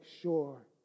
sure